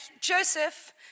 Joseph